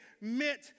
meant